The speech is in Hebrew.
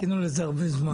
חיכינו לזה הרבה זמן.